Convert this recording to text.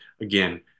again